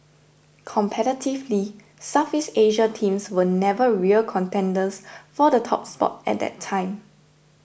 competitively Southeast Asian teams were never real contenders for the top spot at that time